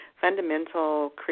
fundamental